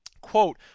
quote